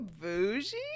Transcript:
bougie